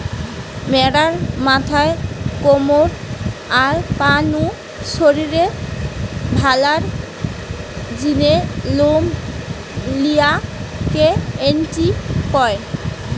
ম্যাড়ার মাথা, কমর, আর পা নু শরীরের ভালার জিনে লম লিয়া কে ক্রচিং কয়